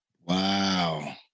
Wow